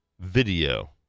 video